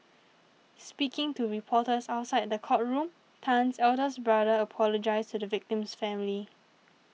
speaking to reporters outside the courtroom Tan's eldest brother apologised to the victim's family